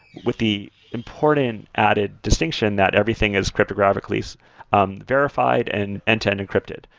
with the important added distinction that everything is cryptographically so um verified and end-to-end encrypted,